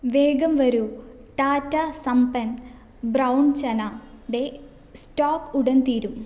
വേഗം വരൂ ടാറ്റാ സംപൻ ബ്രൗൺ ചന യുടെ സ്റ്റോക് ഉടൻ തീരും